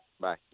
Bye